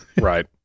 Right